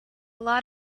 lot